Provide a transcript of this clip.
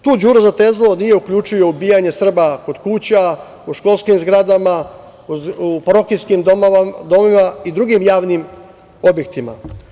Tu Đuro Zatezalo nije uključio ubijanje Srba kod kuća, po školskim zgradama, u parohijskim domovima i drugim javnim objektima.